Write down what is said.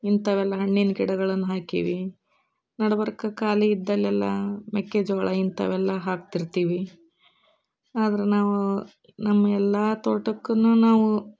ಇಂಥವೆಲ್ಲ ಹಣ್ಣಿನ ಗಿಡಗಳನ್ನ ಹಾಕೀವಿ ನಡ್ಬರ್ಕ ಖಾಲಿ ಇದ್ದಲ್ಲೆಲ್ಲ ಮೆಕ್ಕೆಜೋಳ ಇಂಥವೆಲ್ಲ ಹಾಕ್ತಿರ್ತೀವಿ ಆದರೆ ನಾವು ನಮ್ಮ ಎಲ್ಲ ತೋಟಕ್ಕೂನು ನಾವು